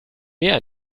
mehr